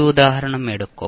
ഈ ഉദാഹരണം എടുക്കും